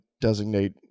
designate